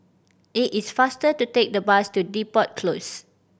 it is faster to take the bus to Depot Close